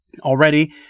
Already